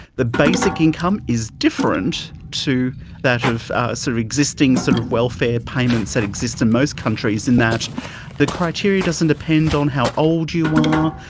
the basic income is different to that of sort of existing sort of welfare payments that exist in most countries in that the criteria doesn't depend on how old you are,